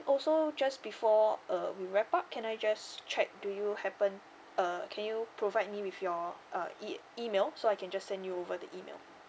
also just before uh we wrap up can I just check do you happen uh can you provide me with your uh E email so I can just send you over the email